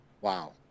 wow